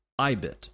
iBit